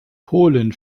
polen